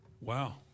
Wow